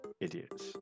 idiots